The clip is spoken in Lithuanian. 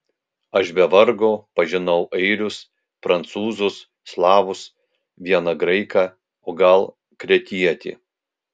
aš be vargo pažinau airius prancūzus slavus vieną graiką o gal kretietį